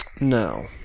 No